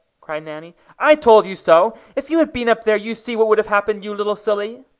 cried nanny i told you so. if you had been up there you see what would have happened, you little silly!